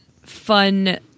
fun